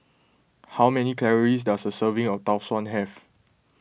how many calories does a serving of Tau Suan have